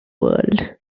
world